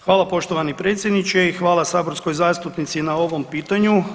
Hvala poštovani predsjedniče i hvala saborskoj zastupnici na ovom pitanju.